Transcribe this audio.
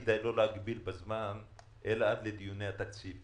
כדאי לא להגביל בזמן אלא עד לדיוני התקציב,